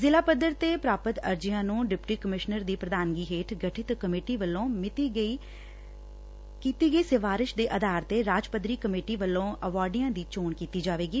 ਜ਼ਿਲ੍ਹਾ ਪੱਧਰ ਤੇ ਪ੍ਰਾਪਤ ਅਰਜ਼ੀਆਂ ਨੂੰ ਡਿਪਟੀ ਕਮਿਸ਼ਨਰ ਦੀ ਪ੍ਰਧਾਨਗੀ ਹੇਠ ਗਠਿਤ ਕਮੇਟੀ ਵੱਲੋਂ ਕੀਤੀ ਗਈ ਸ਼ਿਫਾਰਸ਼ ਦੇ ਆਧਾਰ ਤੇ ਰਾਜ ਪੱਧਰੀ ਕਮੇਟੀ ਵੱਲੋਂ ਅਵਾਰਡੀਆਂ ਦੀ ਚੋਣ ਕੀਤੀ ਜਾਵੇਗੀ